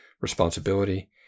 responsibility